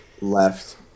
left